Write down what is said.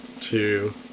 two